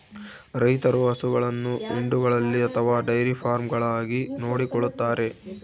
ರೈತರು ಹಸುಗಳನ್ನು ಹಿಂಡುಗಳಲ್ಲಿ ಅಥವಾ ಡೈರಿ ಫಾರ್ಮ್ಗಳಾಗ ನೋಡಿಕೊಳ್ಳುತ್ತಾರೆ